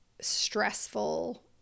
stressful